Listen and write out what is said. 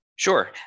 Sure